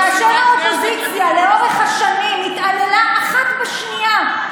אתם עושים רק